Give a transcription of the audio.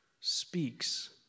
speaks